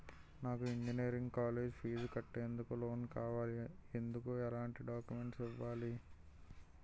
నాకు engineering college fee కట్టేందుకు loan కావాలి, ఎందుకు ఎలాంటి డాక్యుమెంట్స్ ఇవ్వాలి?